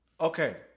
Okay